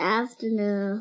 afternoon